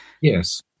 yes